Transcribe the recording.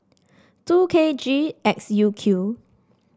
two K G X U Q